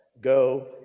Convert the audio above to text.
go